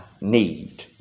need